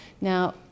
Now